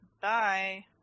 bye